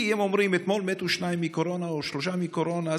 כי אומרים: אתמול מתו שניים מקורונה או שלושה מקורונה,